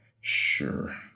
Sure